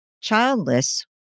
Childless